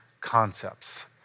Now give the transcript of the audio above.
concepts